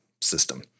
system